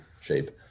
shape